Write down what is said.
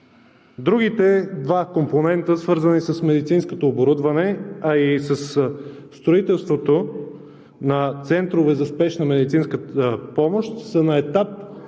Другите два компонента, свързани с медицинското оборудване, а и със строителството на центрове за спешна медицинска помощ, са на етап